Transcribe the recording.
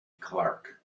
clark